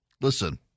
Listen